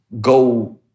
go